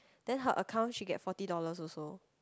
then her account she get forty dollars also